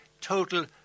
total